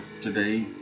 today